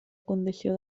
condició